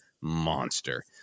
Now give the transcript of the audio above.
monster